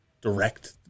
direct